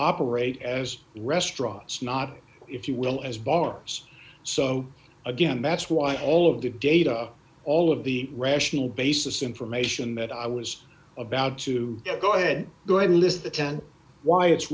operate as restaurants not if you will as bars so again that's why all of the data all of the rational basis information that i was about to go ahead though i mean is the ten why it's